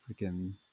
freaking